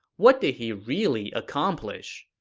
what did he really accomplish?